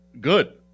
Good